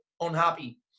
unhappy